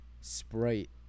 sprite